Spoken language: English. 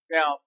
Now